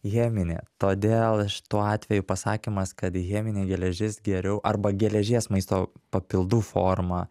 cheminę todėl šituo atveju pasakymas kad cheminė geležis geriau arba geležies maisto papildų forma